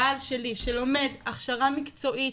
הבעל שלי שלומד הכשרה מקצועית,